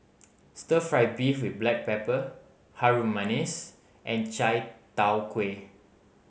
Stir Fry beef with black pepper Harum Manis and Chai Tow Kuay